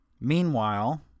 Meanwhile